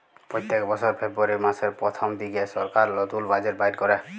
প্যত্তেক বসর ফেব্রুয়ারি মাসের পথ্থম দিলে সরকার লতুল বাজেট বাইর ক্যরে